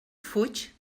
fuig